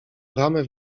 bramę